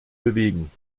bewegen